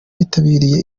bitabiriye